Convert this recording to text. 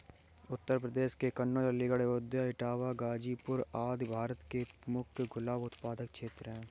उत्तर प्रदेश के कन्नोज, अलीगढ़, अयोध्या, इटावा, गाजीपुर आदि भारत के मुख्य गुलाब उत्पादक क्षेत्र हैं